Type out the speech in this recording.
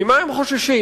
ממה הם חוששים?